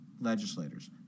legislators